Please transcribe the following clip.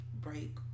break